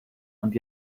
und